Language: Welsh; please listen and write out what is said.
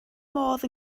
modd